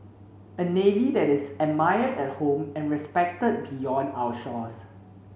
a navy that is admired at home and respected beyond our shores